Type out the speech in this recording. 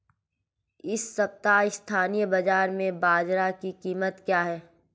इस सप्ताह स्थानीय बाज़ार में बाजरा की कीमत क्या है?